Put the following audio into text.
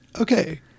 Okay